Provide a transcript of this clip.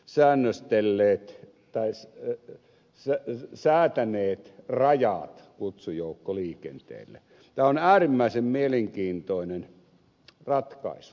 säännöstelleet tai se että se säätää niin rajat tämä on äärimmäisen mielenkiintoinen ratkaisu